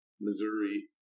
Missouri